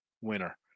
winner